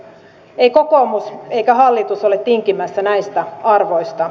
ei kokoomus eikä hallitus ole tinkimässä näistä arvoista